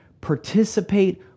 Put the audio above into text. participate